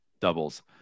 doubles